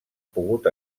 pogut